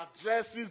addresses